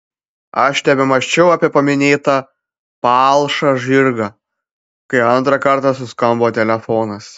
aš tebemąsčiau apie paminėtą palšą žirgą kai antrą kartą suskambo telefonas